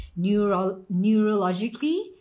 neurologically